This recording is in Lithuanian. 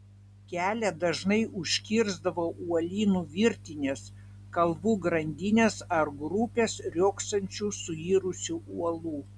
kelią dažnai užkirsdavo uolynų virtinės kalvų grandinės ar grupės riogsančių suirusių uolų